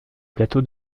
plateau